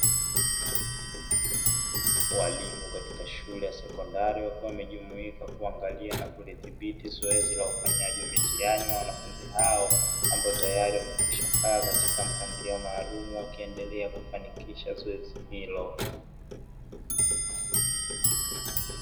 Walimu katika shule ya sekondari wakiwa wamejumuika kuangalia na kulidhibiti zoezi la ufanyaji wa mitihani ya wanafunzi hao, ambao tayari wamekwisha kaa kwa mpangilio maaalumu wakiendelea kufanikisha zoezi hilo.